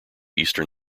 eastern